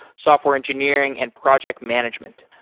software engineering and project management.